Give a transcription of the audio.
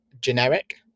generic